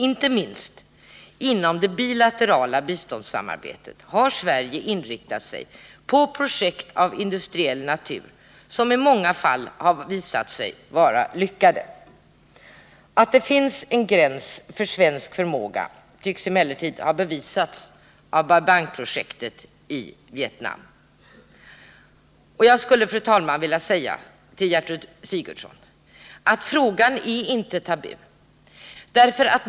Inte minst inom det bilaterala biståndssamarbetet har Sverige inriktat sig på projekt av industriell natur som i många fall har visat sig vara lyckade. Att det finns en gräns för svensk förmåga tycks emellertid ha bevisats av Bai Bang-projektet i Vietnam. Och den frågan är inte tabu, Gertrud Sigurdsen.